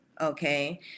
okay